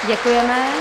Děkuji.